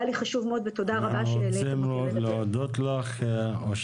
זה צריך להדליק לנו נורה אדומה.